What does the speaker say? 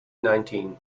nineteen